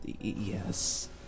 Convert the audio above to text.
Yes